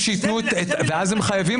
ואז הם חייבים,